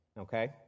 okay